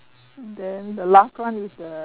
then the last one is the